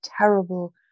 terrible